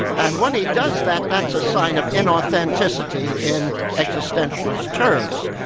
and when he does that, that's a sign of inauthenticity in existentialist terms,